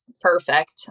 perfect